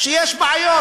שיש בעיות.